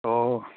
ꯑꯣ